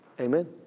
Amen